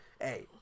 hey